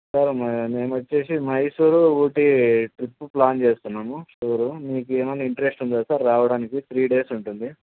sir మే మేము వచ్చేసి మైసూరు ఊటీ ట్రిప్పు ప్లాన్ చేస్తున్నాము టూరు మీకేమన్నా ఇంట్రెస్ట్ ఉందా సార్ రావడానికి త్రీ డేస్ ఉంటుంది